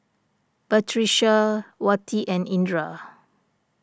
Batrisya Wati and Indra